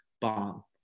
bomb